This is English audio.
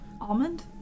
Almond